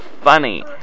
funny